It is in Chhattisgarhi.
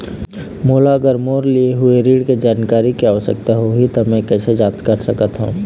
मोला अगर मोर लिए हुए ऋण के जानकारी के आवश्यकता होगी त मैं कैसे जांच सकत हव?